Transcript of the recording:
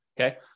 Okay